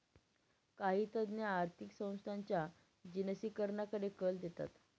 काही तज्ञ आर्थिक संस्थांच्या जिनसीकरणाकडे कल देतात